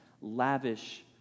lavish